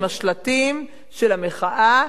עם השלטים של המחאה,